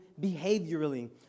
behaviorally